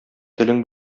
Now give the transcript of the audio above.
телең